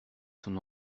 son